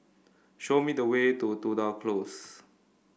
show me the way to Tudor Close